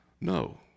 No